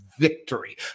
Victory